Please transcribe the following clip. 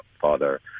father